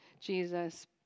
Jesus